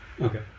Okay